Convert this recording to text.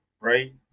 right